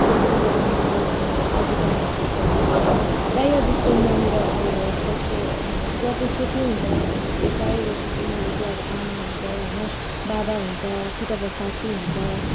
त्यति बेला मलाई अब कविताहरू लेख्दाखेरि होइन प्रायः जस्तो म मेरो अब कस्तो टपिक चाहिँ के हुन्छ भन्दाखेरि चाहिँ प्राय जस्तो चाहिँ मेरो अब आमा हुन्छ होइन बाबा हुन्छ कि त अब साथी हुन्छ